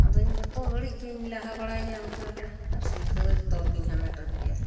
ᱟᱫᱚ ᱤᱧ ᱡᱚᱛᱚ ᱜᱷᱟᱹᱲᱤᱡ ᱜᱤᱧ ᱞᱟᱦᱟ ᱵᱟᱲᱟᱭ ᱜᱮᱭᱟ ᱚᱱᱠᱟᱜᱮ ᱟᱨ ᱥᱤᱨᱯᱷᱟᱹ ᱫᱚ ᱡᱚᱛᱚ ᱨᱮᱜᱤᱧ ᱦᱟᱢᱮᱴ ᱟᱹᱜᱩᱭᱟ